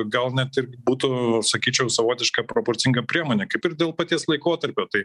gal net ir būtų sakyčiau savotiška proporcinga priemonė kaip ir dėl paties laikotarpio tai